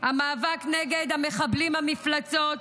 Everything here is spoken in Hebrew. המאבק נגד המחבלים, המפלצות,